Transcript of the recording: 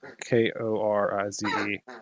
K-O-R-I-Z-E